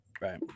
right